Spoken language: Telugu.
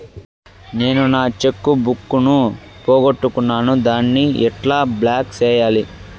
నేను నా చెక్కు బుక్ ను పోగొట్టుకున్నాను దాన్ని ఎట్లా బ్లాక్ సేయాలి?